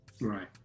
Right